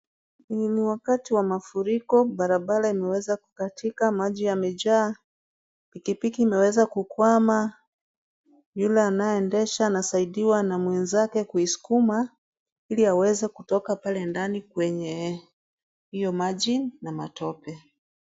Ni wakati wa mafuriko barabara imeweza kukatika, maji yamejaa, pikipiki imeweza kukwama, yule anayeendesha anasaidiwa na mwenzake kuisukuma ili aweze kutoka pale ndani kwenye hiyo maji na matope .